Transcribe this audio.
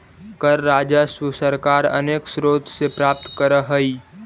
कर राजस्व सरकार अनेक स्रोत से प्राप्त करऽ हई